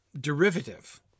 derivative